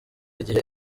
igihe